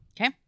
Okay